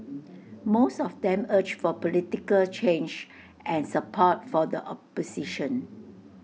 most of them urged for political change and support for the opposition